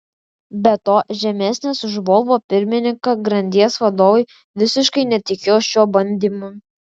be to žemesnės už volvo pirmininką grandies vadovai visiškai netikėjo šiuo bandymu